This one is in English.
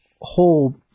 whole